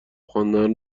خواندن